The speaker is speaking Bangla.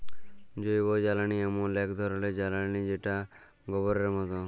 জৈবজ্বালালি এমল এক ধরলের জ্বালালিযেটা গবরের মত